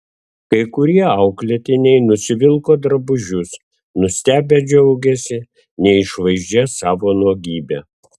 kai kurie auklėtiniai nusivilko drabužius nustebę džiaugėsi neišvaizdžia savo nuogybe